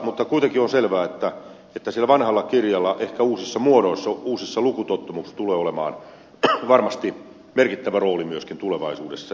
mutta kuitenkin on selvää että sillä vanhalla kirjalla ehkä uusissa muodoissa uusissa lukutottumuksissa tulee olemaan varmasti merkittävä rooli myöskin tulevaisuudessa